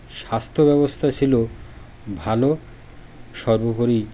স্বাস্থ্যব্যবস্থা ছিল ভালো সর্বোপরি